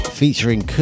featuring